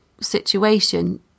situation